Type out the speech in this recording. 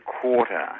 quarter